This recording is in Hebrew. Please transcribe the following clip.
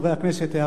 חברי הכנסת,